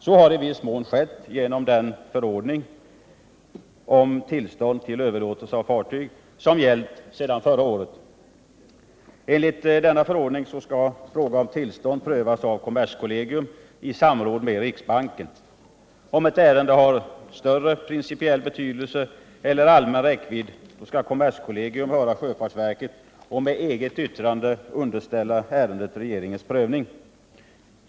Så har i viss mån skett genom den förordning, ”Om tillstånd till överlåtelse av fartyg”, som gällt sedan förra året. Enligt denna förordning skall fråga om tillstånd prövas av kommerskollegium i samråd med riksbanken. Om ett ärende har större principiell betydelse eller allmän räckvidd, skall kommerskollegium höra sjöfartsverket och med eget yttrande underställa ärendet regeringens prövning.